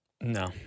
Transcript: No